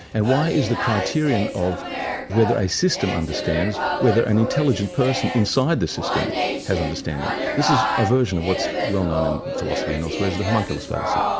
and why is the criterion of whether a system understands, whether an intelligent person inside the system has understanding. this is a version of what's well known in philosophy and elsewhere is the homunculus fallacy.